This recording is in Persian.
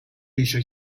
ریشه